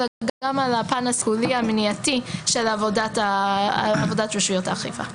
אלא גם על הפן המניעתי של עבודת רשויות האכיפה.